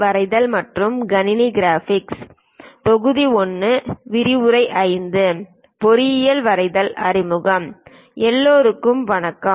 விரிவுரை 05 பொறியியல் வரைதல் அறிமுகம் V எல்லோருக்கும் வணக்கம்